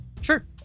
Sure